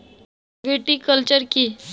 Viticulture কী?